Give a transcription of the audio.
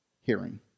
hearing